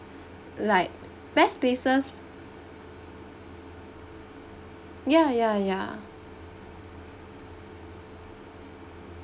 like best places ya ya ya